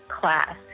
class